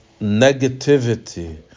negativity